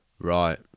Right